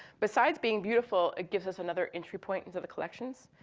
besides being beautiful, it gives us another entry point into the collections.